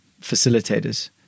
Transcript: facilitators